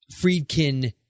Friedkin